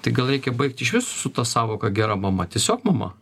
tai gal reikia baigt išvis su ta sąvoka gera mama tiesiog mama